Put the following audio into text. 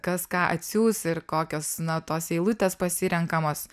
kas ką atsiųs ir kokios na tos eilutės pasirenkamos